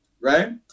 right